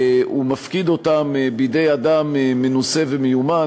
הוא מפקיד אותם בידי אדם מנוסה ומיומן,